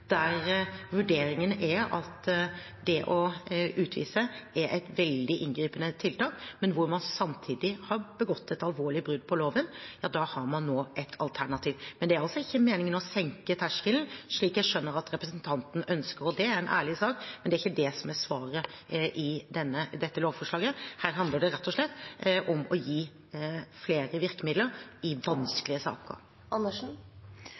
der vurderingen er at det å utvise er et veldig inngripende tiltak, men man samtidig har begått et alvorlig brudd på loven – ja, da har man nå et alternativ. Men det er altså ikke meningen å senke terskelen – slik jeg skjønner at representanten ønsker, og det er en ærlig sak – det er ikke det som er svaret i dette lovforslaget. Her handler det rett og slett om å gi flere virkemidler i